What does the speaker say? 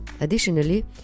Additionally